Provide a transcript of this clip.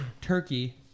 Turkey